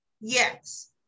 Yes